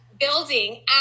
Building